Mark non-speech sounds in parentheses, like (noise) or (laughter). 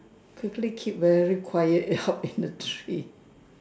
quickly keep very quiet (noise) hop in the tree